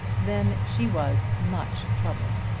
then she was much troubled.